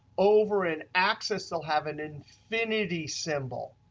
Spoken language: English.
over in access they'll have an infinity symbol.